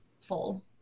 full